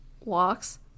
walks